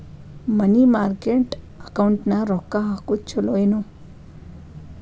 ಮನಿ market ಅಕೌಂಟಿನ್ಯಾಗ ರೊಕ್ಕ ಹಾಕುದು ಚುಲೊ ಏನು